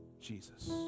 Jesus